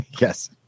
Yes